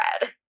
red